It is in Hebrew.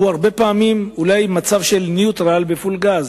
זה הרבה פעמים אולי מצב של ניוטרל בפול גז.